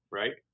right